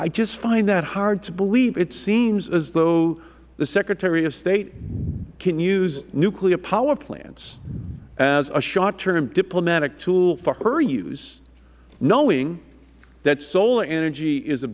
i just find that hard to believe it seems as though the secretary of state can use nuclear power plants as a short term diplomatic tool for her use knowing that solar energy is a